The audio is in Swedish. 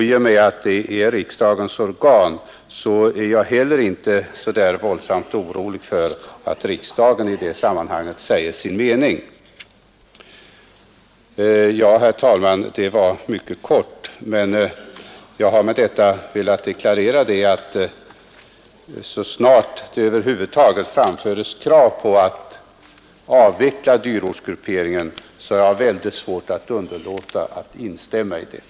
I och med att den är riksdagens organ är jag heller inte så där våldsamt orolig för att riksdagen i det sammanhanget säger sin mening. Detta var mycket kortfattat, herr talman, men jag har med det sagda velat deklarera mitt ställningstagande, och så snart det över huvud taget framförs krav på att avveckla ortsgrupperingen har jag svårt att underlåta att instämma däri.